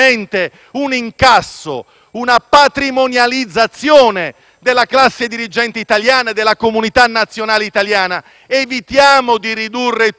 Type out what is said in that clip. della classe dirigente italiana e della comunità nazionale italiana. Evitiamo di ridurre tutto ad una specie di confronto tra tifoserie.